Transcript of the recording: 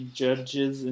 judges